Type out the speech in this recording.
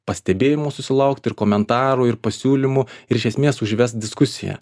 pastebėjimų susilaukti ir komentarų ir pasiūlymų ir iš esmės užvest diskusiją